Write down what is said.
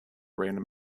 random